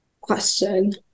question